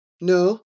No